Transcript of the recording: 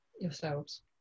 yourselves